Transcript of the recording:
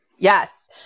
Yes